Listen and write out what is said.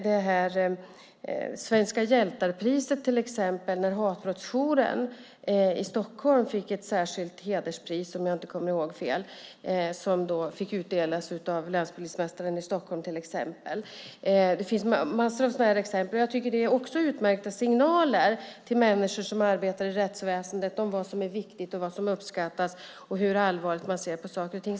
På Svenska hjältar-galan fick Stockholmspolisens hatbrottsjour ett särskilt hederspris, om jag inte minns fel, som utdelades av länspolismästaren i Stockholm, till exempel. Det finns massor av sådana här exempel. Det är utmärkta signaler till människor som arbetar i rättsväsendet om vad som är viktigt, vad som uppskattas och hur allvarligt man ser på saker och ting.